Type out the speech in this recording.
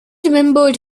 remembered